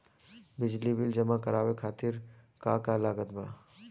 बिजली बिल जमा करावे खातिर का का लागत बा?